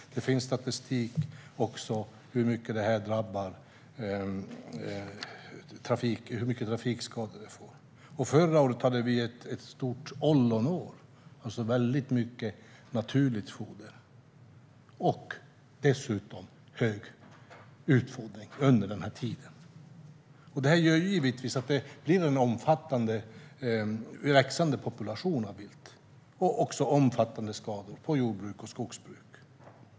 Det finns också statistik för hur många trafikskador det orsakar. Förra året hade vi ett stort ollonår, alltså väldigt mycket naturligt foder, och dessutom hög utfodring under denna tid. Detta gör givetvis att det blir en omfattande, växande population av vilt och också omfattande skador på jordbruk och skogsbruk.